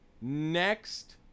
next